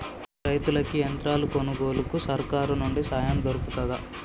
రైతులకి యంత్రాలు కొనుగోలుకు సర్కారు నుండి సాయం దొరుకుతదా?